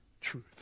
truth